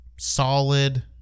solid